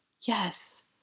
Yes